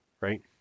Right